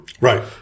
Right